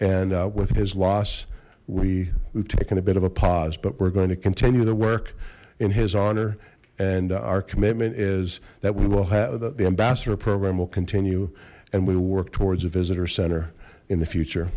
and with his loss we we've taken a bit of a pause but we're going to continue the work in his honor and our commitment is that we will have the ambassador program will continue and we work towards a visitor center in the future